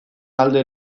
alde